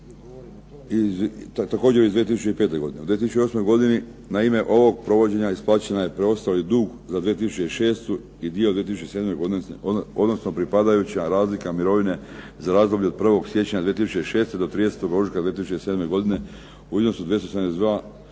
Također iz 2005. godine. U 2008. godini na ime ovog provođenja isplaćen je preostali dug za 2006. i dio 2007. godine, odnosno pripadajuća razlika mirovine za razdoblje od 1. siječnja 2006. do 30. ožujka 2007. godine u iznosu 272 milijuna